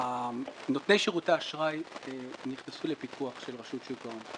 נותני שירותי האשראי נכנסו לפיקוח של רשות שוק ההון.